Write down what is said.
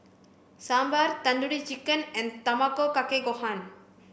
Sambar Tandoori Chicken and Tamago Kake Gohan